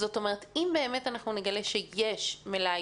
אם באמת אנחנו נגלה שיש מלאי